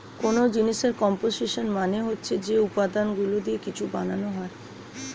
কোন জিনিসের কম্পোসিশন মানে হচ্ছে যে উপাদানগুলো দিয়ে কিছু বানানো হয়